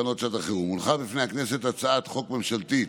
בטרם פקעו תקנות שעת החירום הונחה בפני הכנסת הצעת חוק ממשלתית